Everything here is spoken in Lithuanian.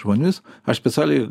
žmonėmis aš specialiai